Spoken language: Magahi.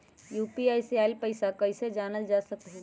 यू.पी.आई से आईल पैसा कईसे जानल जा सकहु?